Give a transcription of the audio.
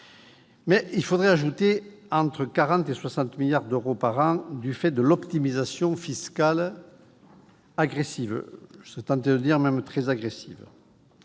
Il faudrait ajouter entre 40 et 60 milliards d'euros par an du fait de l'optimisation fiscale agressive, je serais même tenté de dire très agressive.